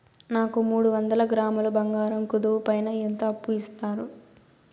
నాకు మూడు వందల గ్రాములు బంగారం కుదువు పైన ఎంత అప్పు ఇస్తారు?